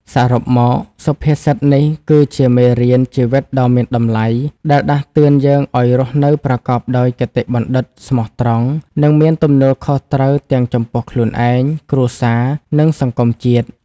សរុបមក សុភាសិតនេះគឺជាមេរៀនជីវិតដ៏មានតម្លៃ ដែលដាស់តឿនយើងឱ្យរស់នៅប្រកបដោយគតិបណ្ឌិត ស្មោះត្រង់ និងមានទំនួលខុសត្រូវទាំងចំពោះខ្លួនឯង គ្រួសារ និងសង្គមជាតិ។